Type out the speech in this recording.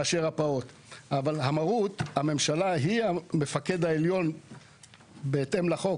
אבל במהות הממשלה היא המפקד העליון בהתאם לחוק.